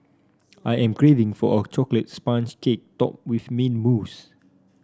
I am craving for a chocolate sponge cake topped with mint mousse